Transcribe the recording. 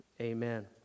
amen